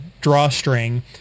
drawstring